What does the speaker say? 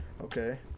Okay